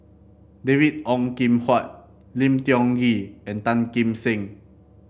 David Ong Kim Huat Lim Tiong Ghee and Tan Kim Seng